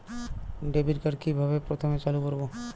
Debit card কিভাবে প্রথমে চালু করব?